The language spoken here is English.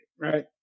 right